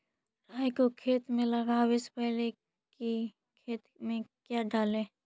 राई को खेत मे लगाबे से पहले कि खेत मे क्या डाले?